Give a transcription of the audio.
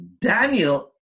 Daniel